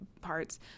parts